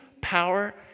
power